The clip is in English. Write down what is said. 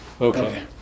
okay